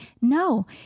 No